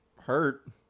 hurt